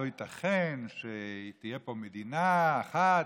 לא ייתכן שתהיה פה מדינה אחת,